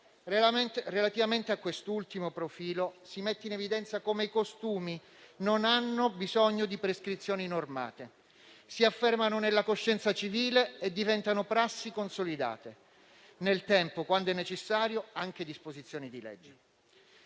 Relativamente a quest'ultimo profilo si mette in evidenza come i costumi non hanno bisogno di prescrizioni normate; si affermano nella coscienza civile e diventano prassi consolidate e nel tempo, quando è necessario, anche disposizioni di legge.